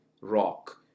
rock